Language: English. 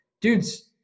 dudes